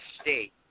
state